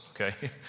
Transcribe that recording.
okay